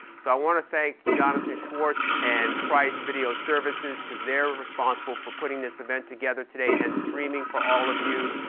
so i want to thank jonathan schwartz and price video services cause they're responsible for putting this event together today and streaming for all of you.